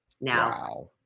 Now